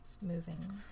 moving